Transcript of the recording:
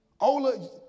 Ola